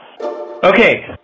Okay